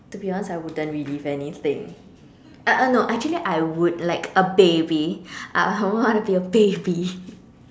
to be honest I wouldn't relive anything uh uh no actually I would like a baby I I want to be a baby